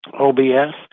OBS